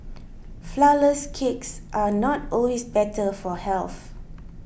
Flourless Cakes are not always better for health